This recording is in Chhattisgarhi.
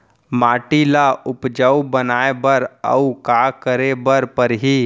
माटी ल उपजाऊ बनाए बर अऊ का करे बर परही?